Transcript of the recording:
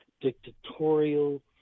dictatorial